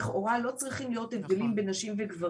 אז כך שלכאורה לא צריכים להיות הבדלים בין נשים לגברים.